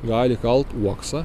gali kalt uoksą